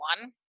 one